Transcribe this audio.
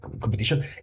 competition